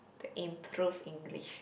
improve English